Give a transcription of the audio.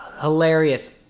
Hilarious